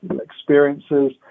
experiences